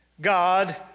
God